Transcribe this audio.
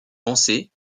pensées